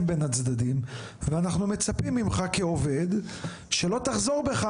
בין הצדדים ואנחנו מצפים ממך כעובד שלא תחזור בך